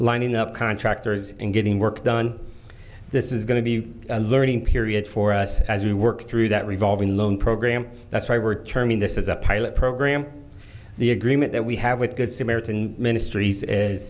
lining up contractors and getting work done this is going to be a learning period for us as we work through that revolving loan program that's why we're turning this as a pilot program the agreement that we have with good samaritan ministries as